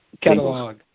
catalog